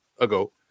ago